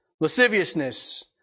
Lasciviousness